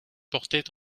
portait